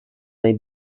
may